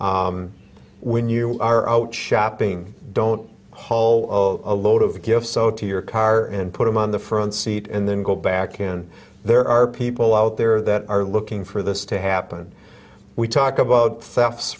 when you are out shopping don't haul a load of gifts so to your car and put them on the front seat and then go back again there are people out there that are looking for this to happen we talk about